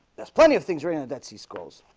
there's plenty of things written the dead sea scrolls,